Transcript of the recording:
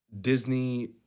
disney